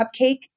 cupcake